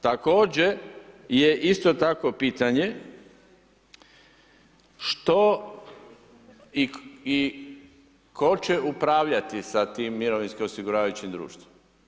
Također je isto tako pitanje što i tko će upravljati sa tim mirovinskim osiguravajućim društvom.